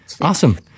Awesome